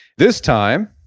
this time,